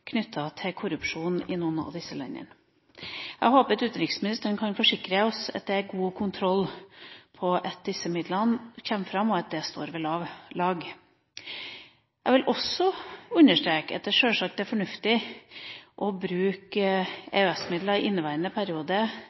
til korrupsjon i noen av disse landene. Jeg håper utenriksministeren kan forsikre oss om at det er god kontroll på at disse midlene kommer fram, og at dette står ved lag. Jeg vil også understreke at det sjølsagt er fornuftig å bruke EØS-midlene i inneværende periode